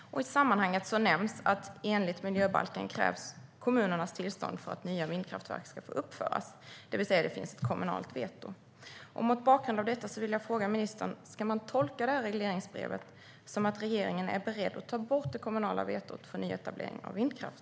I sammanhanget nämns att enligt miljöbalken krävs kommunernas tillstånd för att nya vindkraftverk ska få uppföras, det vill säga det finns ett kommunalt veto. Mot bakgrund av detta vill jag fråga ministern: Ska man tolka regleringsbrevet som att regeringen är beredd att ta bort det kommunala vetot för nyetablering av vindkraft?